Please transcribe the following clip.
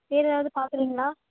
வேறே எதாவது பார்க்குறீங்களா